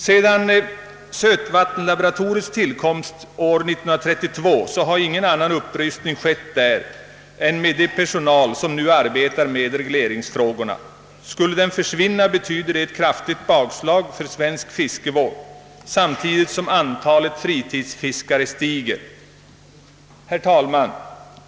Sedan <sötvattenslaboratoriets = tillkomst 1932 har ingen annan upprustning skett där än med den personal som nu arbetar med regleringsfrågorna. Om den försvinner betyder det ett kraftigt bakslag för svensk fiskevård, samtidigt som antalet fritidsfiskare stiger. Herr talman!